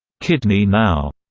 kidney now,